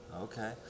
Okay